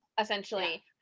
essentially